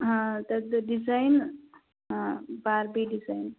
हा तद् design Barbie design